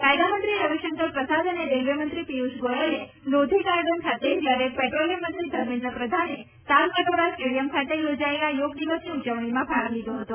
કાયદામંત્રી રવિશંકર પ્રસાદ અને રેલવેમંત્રી પિયૂષ ગોયલે લોધી ગાર્ડન જ્યારે પેટ્રોલીયમ મંત્રી ધર્મેન્દ્ર પ્રધાન તાલ કટોરા સ્ટેડિયમ ખાતે યોજાયેલા યોગ દિવસની ઉજવણીમાં ભાગ લીધો હતો